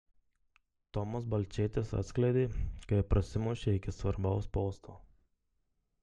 tomas balčėtis atskleidė kaip prasimušė iki svarbaus posto